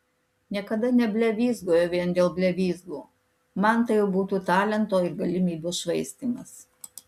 niekada neblevyzgoju vien dėl blevyzgų man tai jau būtų talento ir galimybių švaistymas